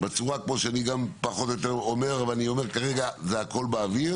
בצורה שאני פחות או יותר אומר כרגע זה הכול באוויר